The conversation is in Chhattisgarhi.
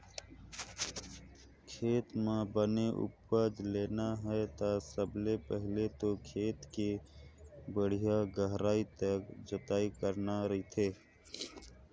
खेत म बने उपज लेना हे ता सबले पहिले तो खेत के बड़िहा गहराई तक जोतई करना रहिथे